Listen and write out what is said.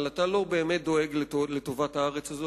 אבל אתה לא באמת דואג לטובת הארץ הזאת,